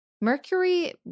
Mercury